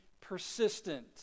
persistent